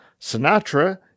Sinatra